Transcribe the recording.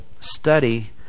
study